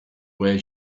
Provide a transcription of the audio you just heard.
way